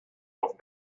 off